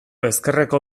ezkerreko